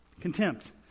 contempt